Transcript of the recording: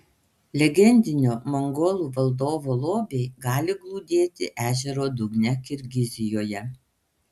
legendinio mongolų valdovo lobiai gali glūdėti ežero dugne kirgizijoje